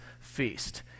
feast